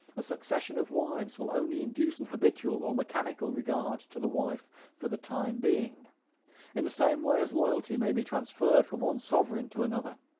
a succession of wives will only induce an habitual or mechanical regard to the wife for the time being in the same way as loyalty may be transferred from one sovereign to another.